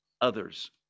others